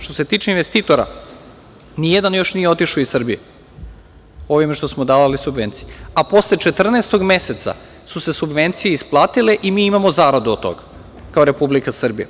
Što se tiče investitora, nijedan još nije otišao iz Srbije, ovi kojima so davali subvencije, a posle 14 meseca su se subvencije isplatile, i mi imamo zaradu od toga, kao Republika Srbija.